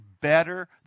better